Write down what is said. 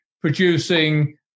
producing